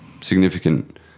significant